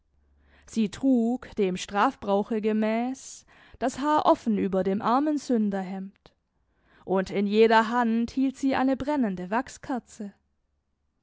sie trug dem strafbrauche gemäß das haar offen über dem armensünderhemd und in jeder hand hielt sie eine brennende